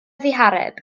ddihareb